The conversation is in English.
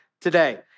today